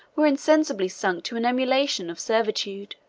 were insensibly sunk to an emulation of servitude.